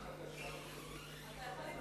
אתה יכול להצטרף אלינו,